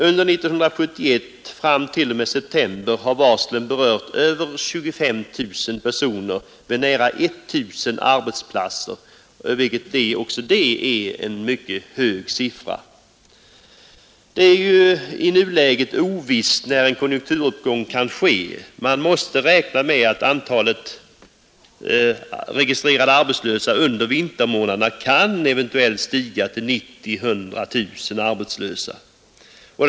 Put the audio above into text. Under 1971 fram till och med september har varslen berört över 25 000 personer vid nära 1 000 arbetsplatser, vilket också det är en mycket hög siffra. Det är i nuläget ovisst när en konjunkturuppgång kan ske. Man måste räkna med att antalet registrerade arbetslösa under vintermånaderna kan stiga till 90 000-100 000.